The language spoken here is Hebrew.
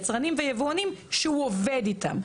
יצרנים ויבואנים שהוא עובד איתם.